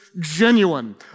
genuine